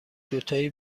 دوتایی